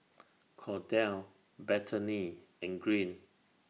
Kordell Bethany and Green